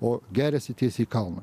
o geriasi tiesiai į kalną